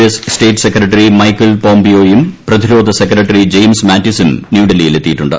S state secretary Michael പോംപിയോയും പ്രതിരോധ secretary James മാറ്റിസും ന്യൂഡൽഹിയിൽ എിത്തിയിട്ടുണ്ട്